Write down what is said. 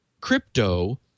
crypto